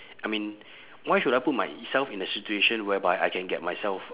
I mean why should I put myself in a situation whereby I can get myself